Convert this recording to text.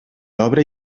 obre